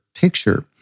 picture